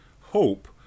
hope